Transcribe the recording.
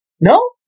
No